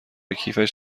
کیفش